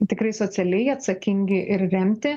tikrai socialiai atsakingi ir remti